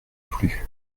plus